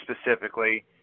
specifically